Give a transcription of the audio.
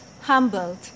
humbled